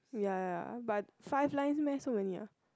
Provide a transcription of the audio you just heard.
but five lines meh so many ah